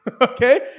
okay